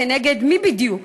נגד מי בדיוק?